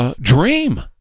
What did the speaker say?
dream